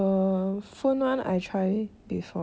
I quite addicted to like animal crossing